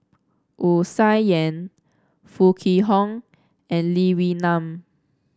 Wu Tsai Yen Foo Kwee Horng and Lee Wee Nam